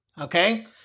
Okay